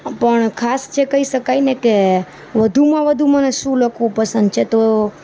પણ ખાસ જે કહી સકાય ને કે વધુમાં વધુ મને સું લખવું પસંદ છે તો